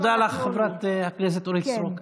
תודה לך, חברת הכנסת אורית סטרוק.